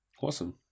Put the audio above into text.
Awesome